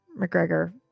McGregor